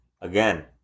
again